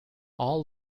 all